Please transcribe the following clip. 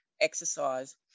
exercise